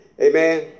Amen